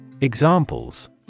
Examples